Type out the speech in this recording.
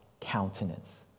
countenance